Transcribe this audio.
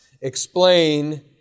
explain